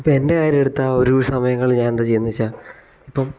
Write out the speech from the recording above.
ഇപ്പം എൻ്റെ കാര്യം എടുത്താൽ ഒഴിവു സമയങ്ങളിൽ ഞാൻ എന്താ ചെയ്യുന്നതെന്നു വെച്ചാൽ ഇപ്പം